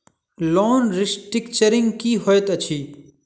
Loan restructuring की होइत अछि?